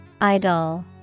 Idol